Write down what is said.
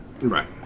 Right